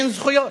אין זכויות.